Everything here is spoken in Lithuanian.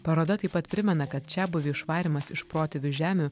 paroda taip pat primena kad čiabuvių išvarymas iš protėvių žemių